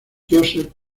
joseph